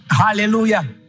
Hallelujah